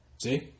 See